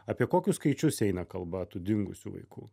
apie kokius skaičius eina kalba tų dingusių vaikų